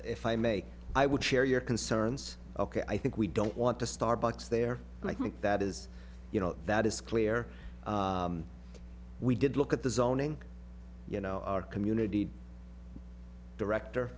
if i may i would share your concerns ok i think we don't want to starbucks there and i think that is you know that is clear we did look at the zoning you know our community director